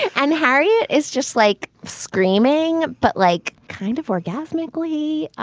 and harriet is just like screaming. but like kind of orgasmic glee.